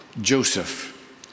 Joseph